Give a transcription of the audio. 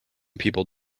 people